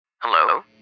Hello